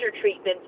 treatment